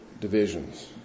divisions